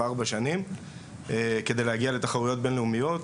ארבע שנים כדי להגיע לתחרויות בינלאומיות,